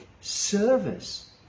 service